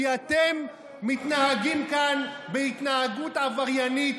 כי אתם מתנהגים, כאן בהתנהגות עבריינית.